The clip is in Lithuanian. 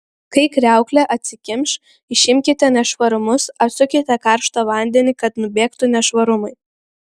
kai kriauklė atsikimš išimkite nešvarumus atsukite karštą vandenį kad nubėgtų nešvarumai